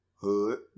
Hood